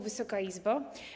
Wysoka Izbo!